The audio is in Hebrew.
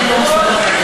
אני לא מסוגל ככה.